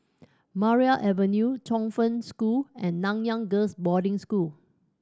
Maria Avenue Chongfu School and Nanyang Girls' Boarding School